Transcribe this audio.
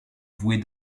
vouer